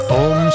om